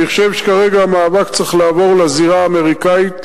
אני חושב שכרגע המאבק צריך לעבור לזירה האמריקנית,